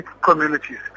communities